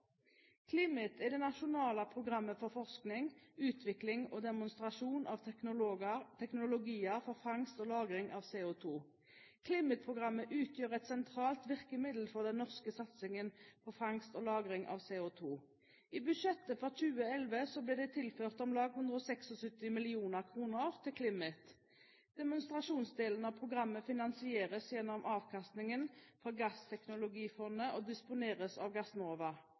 CLIMIT er det nasjonale programmet for forskning, utvikling og demonstrasjon av teknologier for fangst og lagring av CO2. CLIMIT-programmet utgjør et sentralt virkemiddel for den norske satsingen på fangst og lagring av CO2. I budsjettet for 2011 ble det tilført om lag 176 mill. kr til CLIMIT. Demonstrasjonsdelen av programmet finansieres gjennom avkastningen fra Gassteknologifondet og disponeres av Gassnova.